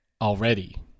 already